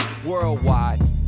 Worldwide